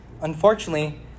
unfortunately